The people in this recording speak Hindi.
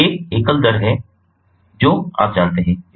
तो एक एकल दर है जो आप जानते हैं